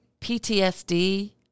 PTSD